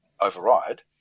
override